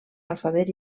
alfabet